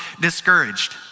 discouraged